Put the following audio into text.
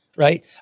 Right